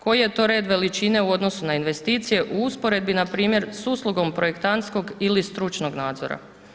Koji je to red veličine u odnosu na investicije u usporedbi npr. s uslugom projektantskog ili stručnog nadzora.